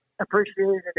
appreciated